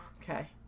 Okay